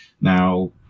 Now